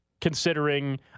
considering